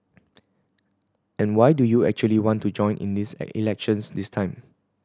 and why do you actually want to join in this elections this time